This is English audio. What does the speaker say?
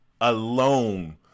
alone